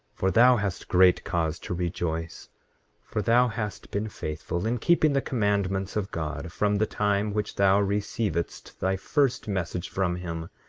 for thou hast great cause to rejoice for thou hast been faithful in keeping the commandments of god from the time which thou receivedst thy first message from him.